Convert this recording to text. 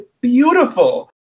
beautiful